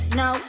no